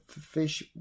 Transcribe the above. fish